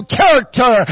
character